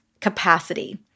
capacity